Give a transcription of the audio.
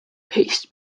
paste